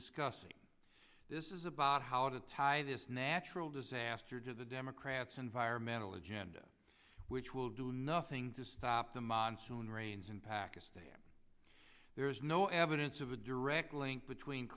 discussing this is about how to tie this natural disaster to the democrats environmental agenda which will do nothing to stop the monsoon rains in pakistan there is no evidence of a direct link between